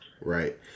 right